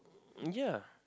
ya